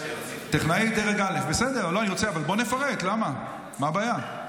טכנאי דרג א', בסדר, אבל בואו נפרט, למה מה הבעיה?